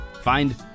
Find